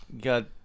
got